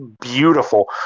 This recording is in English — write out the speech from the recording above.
beautiful